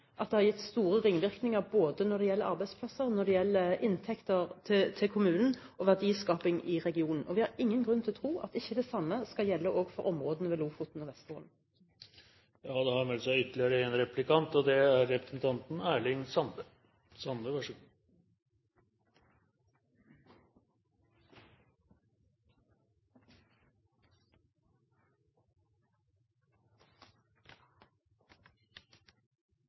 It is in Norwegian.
at det har gitt store ringvirkninger både når det gjelder arbeidsplasser, og når det gjelder inntekter til kommunen og verdiskaping i regionen. Og vi har ingen grunn til å tro at ikke det samme også skal gjelde for områdene ved Lofoten og Vesterålen. Senterpartiet er imot ei konsekvensutgreiing når det gjeld områda Nordland VI og VII og Troms II. Argumentasjonen har vore at dette er